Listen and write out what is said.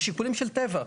משיקולים של טבע.